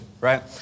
right